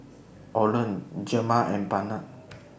Oland Gemma and Barnett